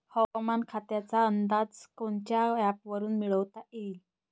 हवामान खात्याचा अंदाज कोनच्या ॲपवरुन मिळवता येईन?